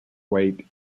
weight